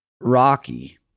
rocky